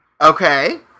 Okay